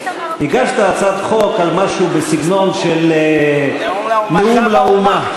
הגשת הצעת חוק על משהו בסגנון של נאום לאומה,